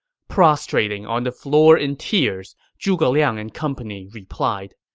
prostrating on the floor in tears, zhuge liang and company replied,